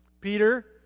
Peter